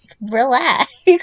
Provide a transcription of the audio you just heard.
relax